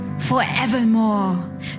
forevermore